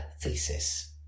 thesis